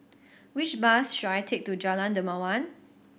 which bus should I take to Jalan Dermawan